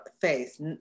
face